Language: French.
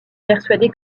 persuadée